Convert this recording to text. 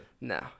No